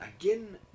Again